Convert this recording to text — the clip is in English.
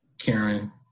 Karen